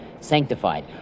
sanctified